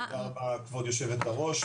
כבוד היושבת-ראש,